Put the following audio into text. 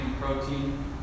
protein